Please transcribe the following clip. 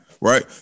right